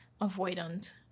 avoidant